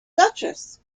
duchess